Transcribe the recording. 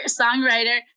songwriter